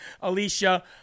Alicia